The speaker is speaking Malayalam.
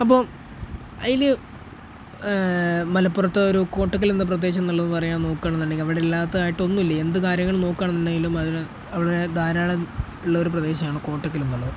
അപ്പോൾ അതിൽ മലപ്പുറത്തെ ഒരു കോട്ടക്കൽ എന്ന പ്രദേശം എന്നുള്ളതെന്നു പറയാൻ നോക്കുകയാണെന്നുണ്ടെങ്കിൽ അവിടെ ഇല്ലാത്തതായിട്ടൊന്നും ഇല്ല എന്തു കാര്യങ്ങൾ നോക്കുകയാണെന്നുണ്ടെങ്കിലും അതിന് അവിടെ ധാരാളം ഉള്ളൊരു പ്രദേശമാണ് കോട്ടക്കൽ എന്നുള്ളത്